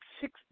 six